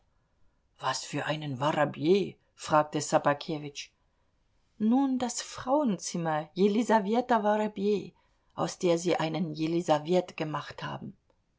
was für einen worobej fragte ssobakewitsch nun das frauenzimmer jelisaweta worobej aus der sie einen jelisawet gemacht haben